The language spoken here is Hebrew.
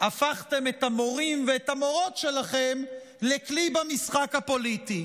הפכתם את המורים ואת המורות שלכם לכלי במשחק הפוליטי.